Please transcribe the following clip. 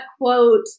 quote